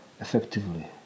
effectively